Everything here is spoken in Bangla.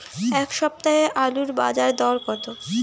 এ সপ্তাহে আলুর বাজার দর কত?